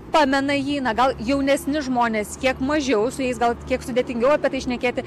pamena jį na gal jaunesni žmonės kiek mažiau su jais gal kiek sudėtingiau apie tai šnekėti